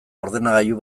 ordenagailu